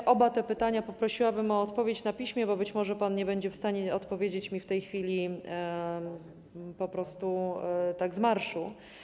Na oba te pytania poprosiłabym o odpowiedź na piśmie, bo być może nie będzie pan w stanie odpowiedzieć mi w tej chwili po prostu tak z marszu.